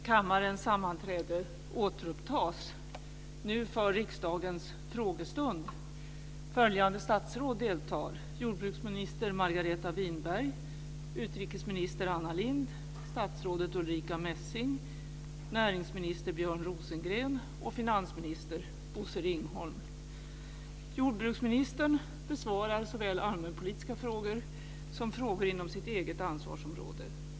Kammarens sammanträde återupptas nu för riksdagens frågestund. Följande statsråd deltar: Jordbruksminister Margareta Winberg, utrikesminister Jordbruksministern besvarar såväl allmänpolitiska frågor som frågor inom sitt eget ansvarsområde.